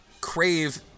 Crave